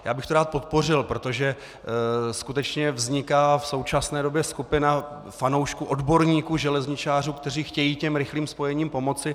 Já bych to rád podpořil, protože skutečně vzniká v současné době skupina fanoušků, odborníků, železničářů, kteří chtějí rychlým spojením pomoci.